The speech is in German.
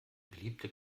beliebte